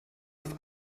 auf